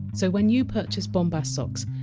so when you purchase bombas socks,